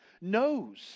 knows